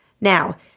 Now